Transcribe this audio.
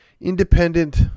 independent